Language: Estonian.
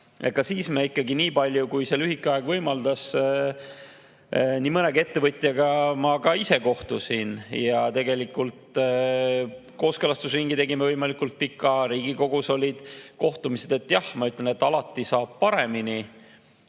[kohtusime ettevõtjatega], kui see lühike aeg võimaldas. Nii mõnegi ettevõtjaga ma ka ise kohtusin. Ja tegelikult kooskõlastusringi tegime võimalikult pika. Riigikogus olid kohtumised. Jah, ma ütlen, et alati saab paremini,